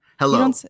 Hello